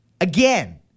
again